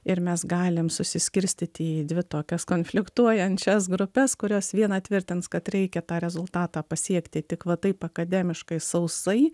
ir mes galim susiskirstyti į dvi tokias konfliktuojančias grupes kurios viena tvirtins kad reikia tą rezultatą pasiekti tik va taip akademiškai sausai